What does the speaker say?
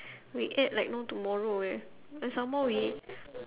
we ate like no tomorrow eh and some more we